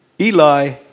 Eli